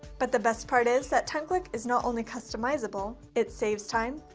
but the best part is that timeclick is not only customizable. it saves time,